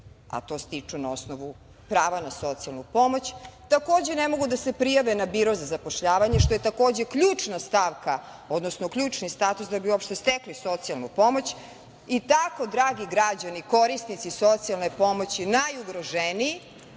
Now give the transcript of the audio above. a to stiču na osnovu prava na socijalnu pomoć, takođe ne mogu da se prijave na biro za zapošljavanje, što je takođe ključni status da bi uopšte stekli socijalnu pomoć. I tako, dragi građani, korisnici socijalne pomoći, najugroženiji,